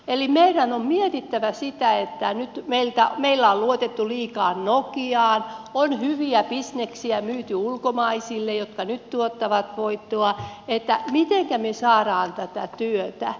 eli meidän on mietittävä sitä kun nyt meillä on luotettu liikaa nokiaan on hyviä bisneksiä myyty ulkomaisille jotka nyt tuottavat voittoa mitenkä me saamme työtä